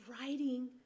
writing